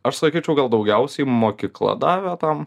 aš sakyčiau gal daugiausiai mokykla davė tam